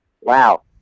wow